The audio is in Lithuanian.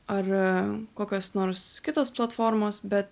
ar kokios nors kitos platformos bet